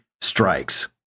strikes